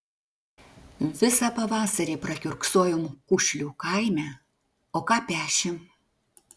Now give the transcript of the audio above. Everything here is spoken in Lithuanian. visą pavasarį prakiurksojom kušlių kaime o ką pešėm